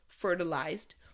fertilized